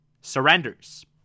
surrenders